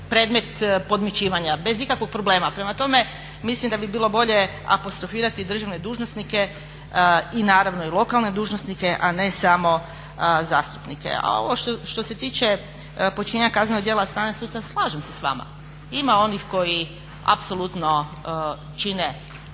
predmet podmićivanja bez ikakvog problema. Prema tome mislim da bi bilo bolje apostrofirati državne dužnosnike i naravno i lokalne dužnosnike a ne samo zastupnike. A ovo što se tiče počinjenja kaznenog djela od strane suca slažem se s vama. Ima onih koji apsolutno čine